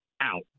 out